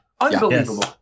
Unbelievable